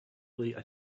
really